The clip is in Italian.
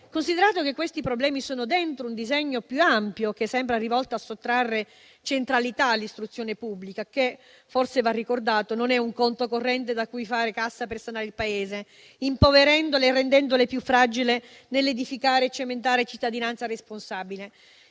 Considerato che questi problemi sono dentro un disegno più ampio che sembra rivolto a sottrarre centralità all'istruzione pubblica (che, forse va ricordato, non è un conto corrente da cui fare cassa per sanare il Paese, impoverendola e rendendola più fragile nell'edificare e cementare cittadinanza responsabile),